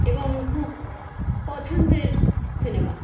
এবং খুব পছন্দের সিনেমা